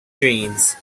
dreams